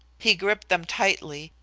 he gripped them tightly,